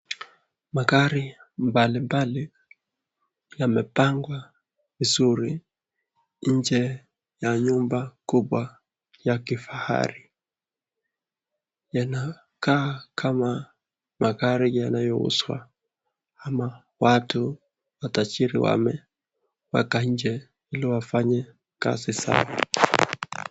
Magari mbalimbali yamepangwa vizuri nje ya nyumba kubwa ya kifahari inakaa kama magari yanayouzwa ama matajiri wamepaki nje ili waweze kufanya kazi zao.